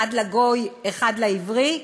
אחד לגוי, אחד לעברי?"